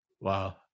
Wow